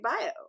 bio